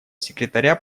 секретаря